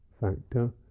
factor